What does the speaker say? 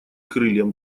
крыльям